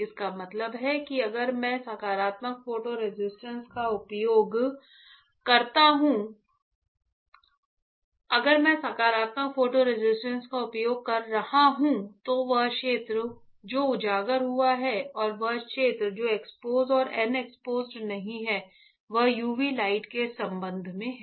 इसका मतलब है कि अगर मैं सकारात्मक फोटो रेसिस्ट का उपयोग कर रहा हूं तो वह क्षेत्र जो उजागर हुआ है और वह क्षेत्र जो एक्सपोज़ और अनएक्सपोज़ नहीं है वह यूवी लाइट के संबंध में है